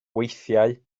weithiau